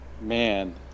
Man